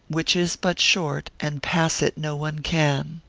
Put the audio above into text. which is but short, and pass it no one can.